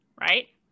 Right